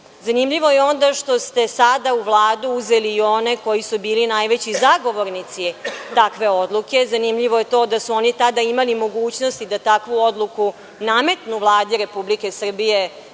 Zanimljivo je onda što ste sada u Vladu uzeli i one koji su bili najveći zagovornici takve odluke, zanimljivo je to da su oni imali tada mogućnosti da takvu odluku nametnu Vladi Republike Srbije